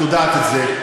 את יודעת את זה,